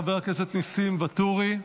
חבר הכנסת ניסים ואטורי,